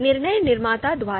निर्णय निर्माता द्वारा